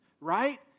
right